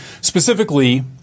specifically